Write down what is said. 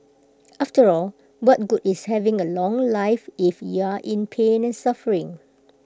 after all what good is having A long life if you are in pain and suffering